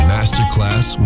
Masterclass